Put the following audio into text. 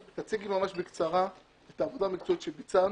תציגי ממש בקצרה את העבודה המקצועית שביצענו,